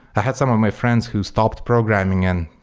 i had some of my friends who stopped programming and